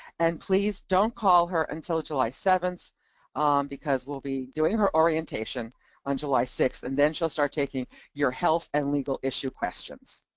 and please don't call her until july seventh because we'll be doing her orientation on july six and then she'll start taking your health and legal issue questions.